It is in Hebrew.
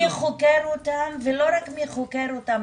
מי חוקר אותם, ולא רק מי חוקר אותם.